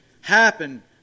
happen